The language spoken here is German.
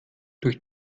durch